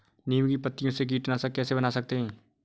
नीम की पत्तियों से कीटनाशक कैसे बना सकते हैं?